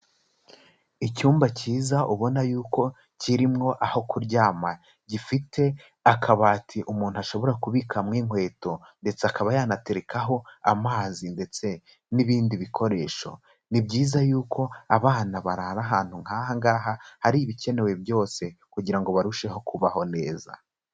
Icyumba cyiza ubona y'uko kirimo aho kuryama, gifite akabati umuntu ashobora kubikamo inkweto ndetse akaba yanaterekaho amazi ndetse n'ibindi bikoresho, ni byiza y'uko abana barara ahantu nk'aha ngaha, hari ibikenewe byose kugira ngo barusheho kubaho neza.